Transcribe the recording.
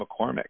McCormick